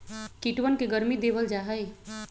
कीटवन के गर्मी देवल जाहई